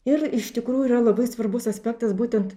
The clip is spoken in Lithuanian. ir iš tikrųjų yra labai svarbus aspektas būtent